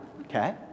okay